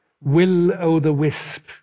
will-o'-the-wisp